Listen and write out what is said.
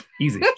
easy